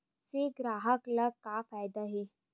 से ग्राहक ला का फ़ायदा हे?